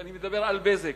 ואני מדבר על "בזק",